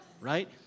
right